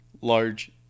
large